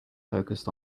focused